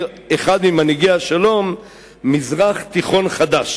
אחד ממנהיגי השלום "מזרח תיכון חדש".